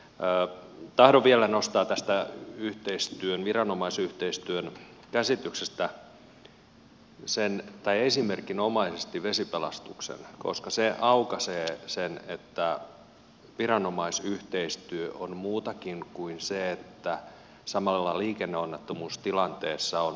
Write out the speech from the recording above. tahdon vielä nostaa tästä viranomaisyhteistyön käsitteestä esimerkinomaisesti vesipelastuksen koska se aukaisee sen että viranomaisyhteistyö on muutakin kuin se että samalla lailla liikenneonnettomuustilanteessa on poliisi ja pelastuslaitos